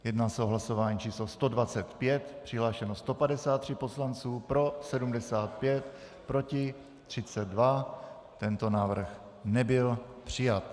Jedná se o hlasování číslo 125, přihlášeno 153 poslanců, pro 75, proti 32, tento návrh nebyl přijat.